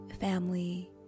family